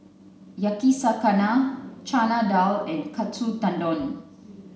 Yakizakana Chana Dal and Katsu Tendon